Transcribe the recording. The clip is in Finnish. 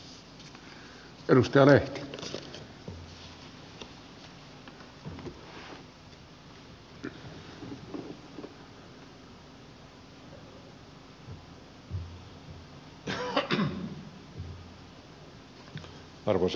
arvoisa herra puhemies